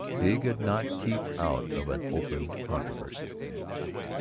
he could not keep out of an open controversy.